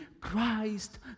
Christ